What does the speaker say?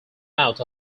out